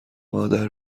مادر